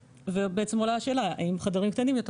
ואז עולה השאלה האם חדרים קטנים יותר